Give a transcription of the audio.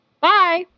bye